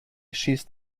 schießt